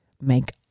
make